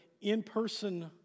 in-person